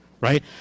right